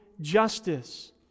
justice